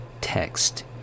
text